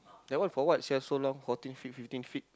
that one for what sia so long fourteen feet fifteen feet